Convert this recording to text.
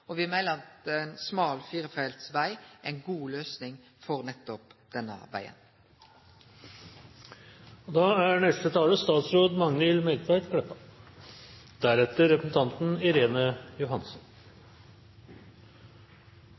og me meiner at ein smal firefeltsveg er ei god løysing for nettopp denne vegen.